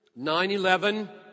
9-11